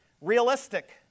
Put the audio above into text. realistic